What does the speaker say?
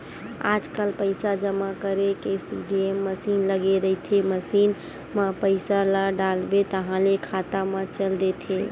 आज पइसा जमा करे के सीडीएम मसीन लगे रहिथे, मसीन म पइसा ल डालबे ताहाँले खाता म चल देथे